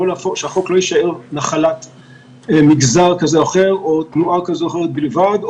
שהחוק לא יישאר נחת מגזר כזה או אחר או תנועה כזו או אחרת בלבד,